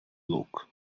look